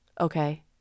okay